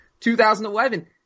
2011